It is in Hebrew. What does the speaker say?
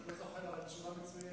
אני לא זוכר, אבל תשובה מצוינת.